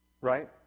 right